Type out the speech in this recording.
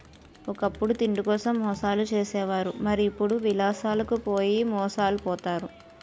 ఒకప్పుడు తిండికోసం మోసాలు చేసే వారు మరి ఇప్పుడు విలాసాలకు పోయి మోసాలు పోతారు